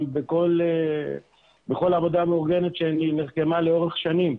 בכל עבודה מאורגנת שנרקמה לאורך שנים.